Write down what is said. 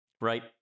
Right